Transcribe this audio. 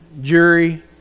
jury